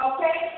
Okay